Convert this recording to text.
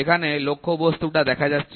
এখানে লক্ষ্যবস্তু টা দেখা যাচ্ছে